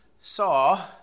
saw